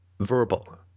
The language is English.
verbal